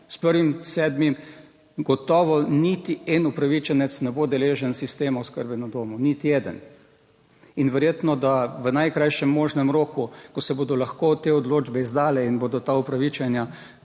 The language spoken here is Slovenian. S 1. 7. gotovo niti en upravičenec ne bo deležen sistema oskrbe na domu, niti eden. In verjetno, da v najkrajšem možnem roku, ko se bodo lahko te odločbe izdale in bodo ta upravičenja